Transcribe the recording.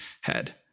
head